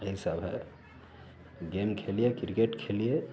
यही सब है गेम खेलिए क्रिकेट खेलिए